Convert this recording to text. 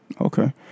Okay